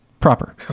Proper